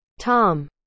Tom